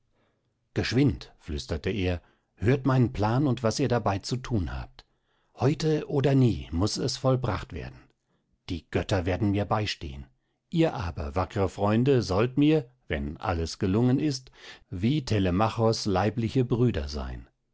geschwind flüsterte er hört meinen plan und was ihr dabei zu thun habt heute oder nie muß es vollbracht werden die götter werden mir beistehen ihr aber wackre freunde sollt mir wenn alles gelungen ist wie telemachos leibliche brüder sein